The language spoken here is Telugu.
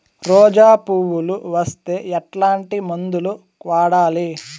రోజా పువ్వులు వస్తే ఎట్లాంటి మందులు వాడాలి?